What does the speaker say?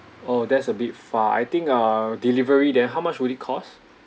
oh that's a bit far I think a delivery then how much would it cost